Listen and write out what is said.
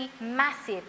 massive